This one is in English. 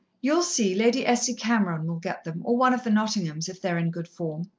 you'll see, lady essie cameron will get them, or one of the nottinghams, if they're in good form.